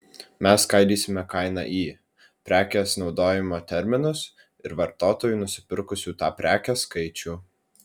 mes skaidysime kainą į prekės naudojimo terminus ir vartotojų nusipirkusių tą prekę skaičių